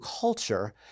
culture